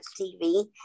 TV